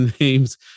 names